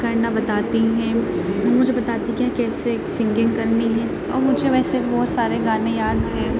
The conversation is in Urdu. کرنا بتاتی ہیں وہ مجھے بتاتی ہیں کہ ہاں کیسے سنگنگ کرنی ہے اور مجھے ویسے بہت سارے گانے یاد ہیں